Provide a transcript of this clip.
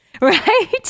Right